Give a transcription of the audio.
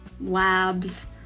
labs